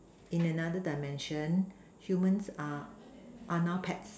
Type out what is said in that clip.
in another dimension humans are are now pets